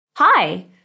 Hi